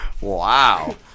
Wow